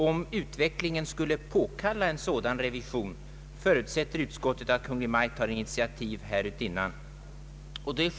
”Om utvecklingen skulle påkalla en sådan revision förutsätter utskottet att Kungl. Maj:t tar initiativ härutinnan”, skriver utskottet.